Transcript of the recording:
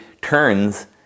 turns